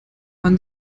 man